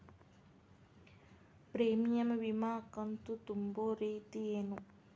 Premium ವಿಮಾ ಕಂತು ತುಂಬೋ ರೇತಿ ಏನು?